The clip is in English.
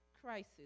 crisis